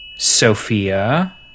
Sophia